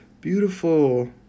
beautiful